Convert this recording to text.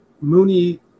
Mooney